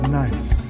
nice